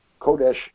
Kodesh